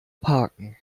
parken